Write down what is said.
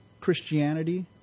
Christianity